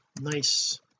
nice